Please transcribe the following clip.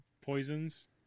poisons